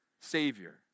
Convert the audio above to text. Savior